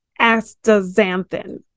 astaxanthin